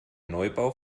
neubau